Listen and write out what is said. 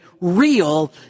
real